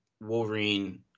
Wolverine